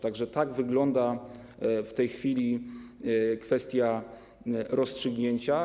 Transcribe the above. Tak że tak wygląda w tej chwili kwestia rozstrzygnięcia.